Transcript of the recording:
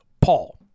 Paul